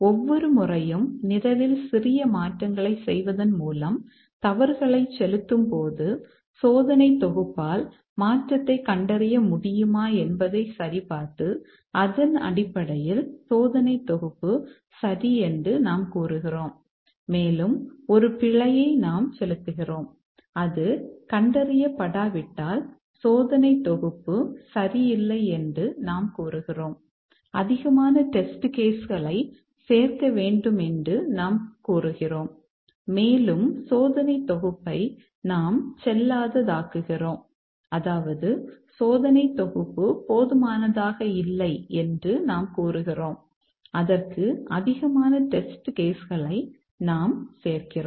ஒவ்வொரு முறையும் நிரலில் சிறிய மாற்றங்களைச் செய்வதன் மூலம் தவறுகளைச் செலுத்தும்போது சோதனைத் தொகுப்பால் மாற்றத்தைக் கண்டறிய முடியுமா என்பதைச் சரிபார்த்து அதன் அடிப்படையில் சோதனைத் தொகுப்பு சரி என்று நாம் கூறுகிறோம் மேலும் ஒரு பிழையை நாம் செலுத்துகிறோம் அது கண்டறியப்படாவிட்டால் சோதனைத் தொகுப்பு சரியில்லை என்று நாம் கூறுகிறோம் அதிகமான டெஸ்ட் கேஸ் களை நாம் சேர்க்கிறோம்